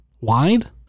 wide